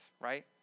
right